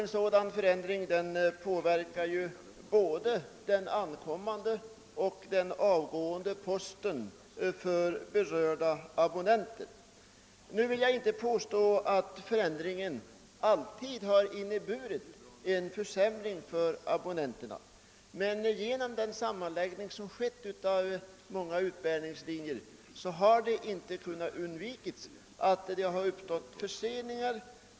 Dessa förändringar påverkar både den ankommande och den avgående posten för berörda abonnenter. Jag vill inte påstå att resultatet alltid har inneburit en försämring för abonnenterna, men genom den sammanläggning som skett av många utbärningslinjer har det inte kunnat undvikas förseningar i postutbärningen.